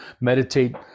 meditate